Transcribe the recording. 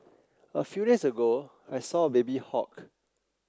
a few days ago I saw a baby hawk